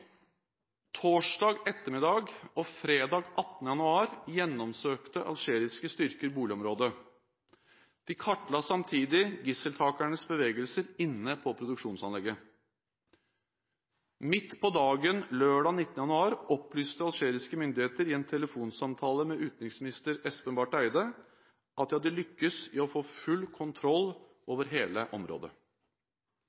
Torsdag ettermiddag og fredag 18. januar gjennomsøkte algeriske styrker boligområdet. De kartla samtidig gisseltakernes bevegelser inne på produksjonsanlegget. Midt på dagen lørdag 19. januar opplyste algeriske myndigheter i en telefonsamtale med utenriksminister Espen Barth Eide at de hadde lyktes i å få full kontroll